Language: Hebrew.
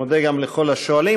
מודה גם לכל השואלים.